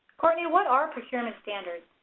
courtney, what are procurement standards?